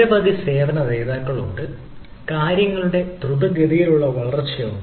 നിരവധി സേവന ദാതാക്കളുണ്ട് കാര്യങ്ങളുടെ ദ്രുതഗതിയിലുള്ള വളർച്ചയുണ്ട്